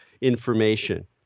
information